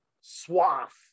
Swath